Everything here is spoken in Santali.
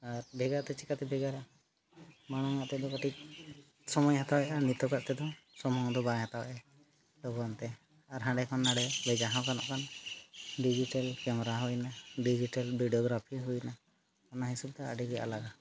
ᱟᱨ ᱵᱷᱮᱜᱟᱨ ᱫᱚ ᱪᱤᱠᱟᱹᱛᱮ ᱵᱷᱮᱜᱟᱨᱟ ᱢᱟᱲᱟᱝ ᱟᱛᱮ ᱫᱚ ᱠᱟᱹᱴᱤᱡ ᱥᱚᱢᱚᱭ ᱦᱟᱛᱟᱣᱮᱫᱼᱟ ᱱᱤᱛᱚᱜᱟᱜ ᱛᱮᱫᱚ ᱥᱚᱢᱚᱭ ᱫᱚ ᱵᱟᱭ ᱦᱟᱛᱟᱣᱮᱫᱼᱟ ᱞᱚᱜᱚᱱᱛᱮ ᱟᱨ ᱦᱟᱸᱰᱮ ᱠᱷᱚᱱ ᱱᱟᱰᱮ ᱵᱷᱮᱡᱟ ᱦᱚᱸ ᱜᱟᱱᱚᱜ ᱠᱟᱱᱟ ᱰᱤᱡᱤᱴᱮᱞ ᱠᱮᱢᱨᱟ ᱦᱩᱭᱱᱟ ᱰᱤᱡᱤᱴᱮᱞ ᱵᱷᱤᱰᱤᱭᱳᱜᱨᱟᱯᱷᱤ ᱦᱩᱭᱱᱟ ᱚᱱᱟ ᱦᱤᱥᱟᱹᱵᱽᱛᱮ ᱟᱹᱰᱤᱜᱮ ᱟᱞᱟᱜᱟ